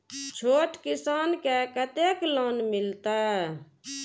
छोट किसान के कतेक लोन मिलते?